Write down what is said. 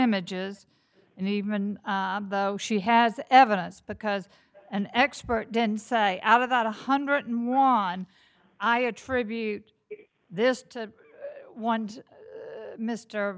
images and even though she has evidence because an expert didn't say out of that one hundred and won i attribute this to one mr